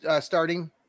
starting